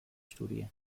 studie